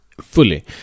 fully